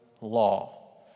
law